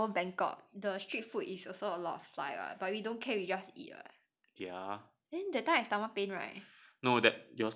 but at that time we go bangkok the street food is also a lot of fly [what] but we don't care we just eat [what] then that time I stomach pain right